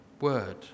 word